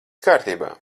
kārtībā